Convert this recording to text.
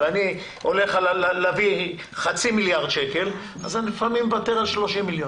ואני הולך להביא חצי מיליארד שקלים אז לפעמים אני מוותר על 30 מיליון,